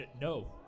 No